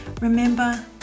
remember